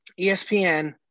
ESPN